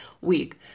week